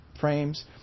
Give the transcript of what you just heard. frames